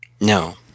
No